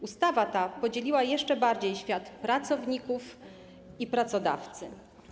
Ustawa ta podzieliła jeszcze bardziej świat pracowników i pracodawców.